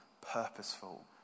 purposeful